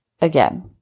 again